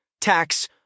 tax